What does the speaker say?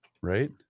Right